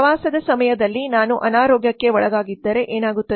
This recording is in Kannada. ಪ್ರವಾಸದ ಸಮಯದಲ್ಲಿ ನಾನು ಅನಾರೋಗ್ಯಕ್ಕೆ ಒಳಗಾಗಿದ್ದರೆ ಏನಾಗುತ್ತದೆ